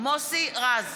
מוסי רז,